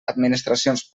administracions